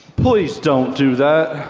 please don't do that.